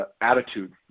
attitude